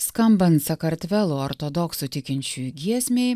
skambant sakartvelo ortodoksų tikinčiųjų giesmei